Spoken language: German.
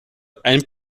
ein